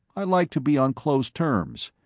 i like to be on close terms.